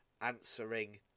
answering